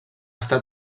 estat